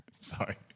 Sorry